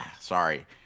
sorry